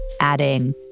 adding